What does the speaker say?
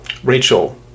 Rachel